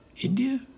India